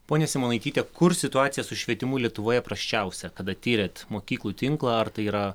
ponia simonaityte kur situacija su švietimu lietuvoje prasčiausia kada tyrėt mokyklų tinklą ar tai yra